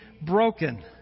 broken